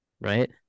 right